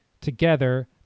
together